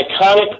iconic